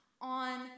on